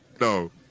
No